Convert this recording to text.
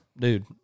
dude